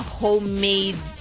homemade